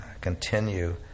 continue